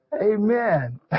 amen